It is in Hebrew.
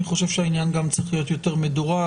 אני חושב שהעניין גם צריך להיות יותר מדורג.